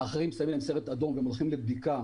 אחרים שמים סרט אדום והם הולכים לבדיקה